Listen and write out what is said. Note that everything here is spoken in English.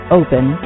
open